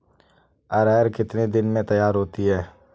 अरहर कितनी दिन में तैयार होती है?